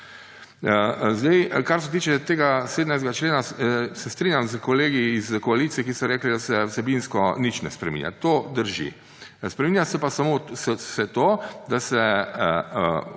dejanje. Kar se tiče tega 17. člena, se strinjam s kolegi iz koalicije, ki so rekli, da se vsebinsko nič ne spreminja. To drži. Spreminja se pa to, da se